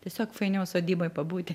tiesiog fainiau sodyboj pabūti